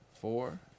four